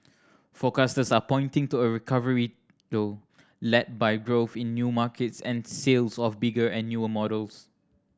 forecasters are pointing to a recovery though led by growth in new markets and sales of bigger and newer models